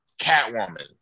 Catwoman